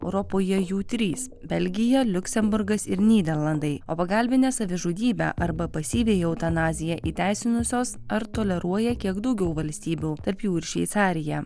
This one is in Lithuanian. europoje jų trys belgija liuksemburgas ir nyderlandai o pagalbinę savižudybę arba pasyviąją eutanaziją įteisinusios ar toleruoja kiek daugiau valstybių tarp jų ir šveicarija